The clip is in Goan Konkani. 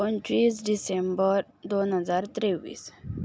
पंचवीस डिसेंबर दोन हजार तेवीस